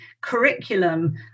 curriculum